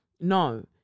no